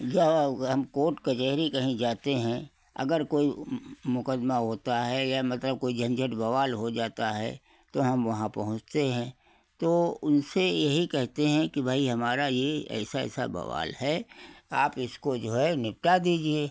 जब हम कोट कचहरी कहीं जाते हैं अगर कोई मुकदमा होता है या मतलब कोई झंझट बवाल हो जाता है तो हम वहाँ पहुँचते हैं तो उनसे यही कहते हैं कि भई हमारा ये ऐसा ऐसा बवाल है आप इसको जो है निपटा दीजिए